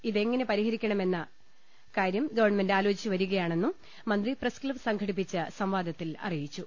ഇതെങ്ങനെ പരിഹരിക്കണമെന്ന കാര്യം ഗവആലോചിച്ചുവരികയാ ണെന്നും മന്ത്രി പ്രസ്ക്ലബ്ബ് സംഘടിപ്പിച്ച സംവാദത്തിൽ അറിയിച്ചു